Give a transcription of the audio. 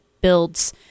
builds